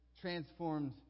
transformed